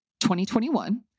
2021